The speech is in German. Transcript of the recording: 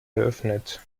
eröffnet